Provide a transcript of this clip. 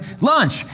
lunch